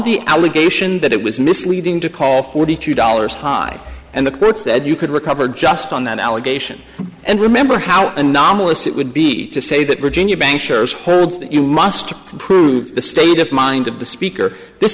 the allegation that it was misleading to call forty two dollars high and the clerk said you could recover just on that allegation and remember how anomalous it would be to say that virginia bank shares hold you must prove the state of mind of the speaker this